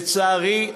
לצערי,